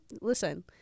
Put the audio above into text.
listen